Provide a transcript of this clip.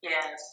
Yes